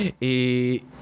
Et